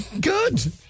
Good